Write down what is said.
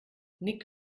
nick